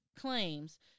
claims –